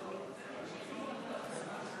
לעידוד מחקר ופיתוח בתעשייה (תיקון מס' 7)